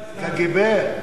קג"ב?